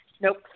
nope